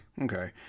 Okay